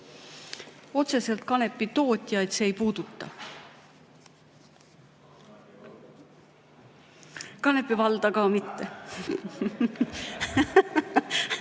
Otseselt kanepitootjaid see ei puuduta. Kanepi valda ka mitte.